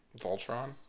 Voltron